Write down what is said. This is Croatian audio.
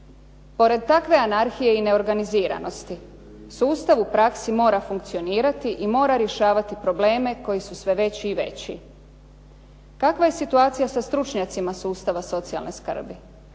Pored takve anarhije i neorganiziranosti sustav u praksi mora funkcionirati i mora rješavati probleme koji su sve veći i veći. Kakva je situacija sa stručnjacima sustava socijalne skrbi.